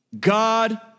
God